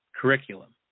curriculum